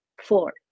four